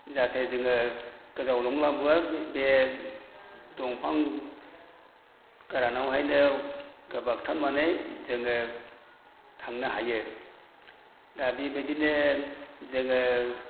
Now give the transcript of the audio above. जाहाथे जोङो गोजावलांलावा बे दंफां गोरानावहायनो बाग्थाबनानै जोङो थांनो हायो दा बेबायदिनो जोङो